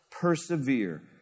persevere